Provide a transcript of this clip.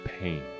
pain